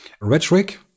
rhetoric